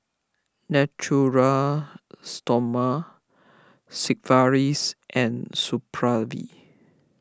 Natura Stoma Sigvaris and Supravit